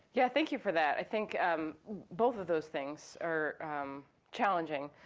yeah, thank you for that. i think um both of those things are challenging.